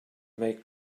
make